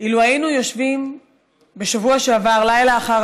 אילו היינו יושבים בשבוע שעבר לילה אחר